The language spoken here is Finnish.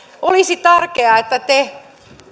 olisi tärkeää että te